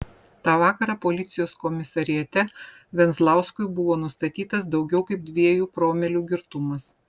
tą vakarą policijos komisariate venzlauskui buvo nustatytas daugiau kaip dviejų promilių girtumas